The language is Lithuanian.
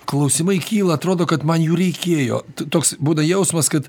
klausimai kyla atrodo kad man jų reikėjo toks būna jausmas kad